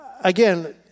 again